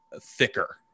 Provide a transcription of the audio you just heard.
thicker